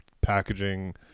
packaging